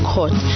Court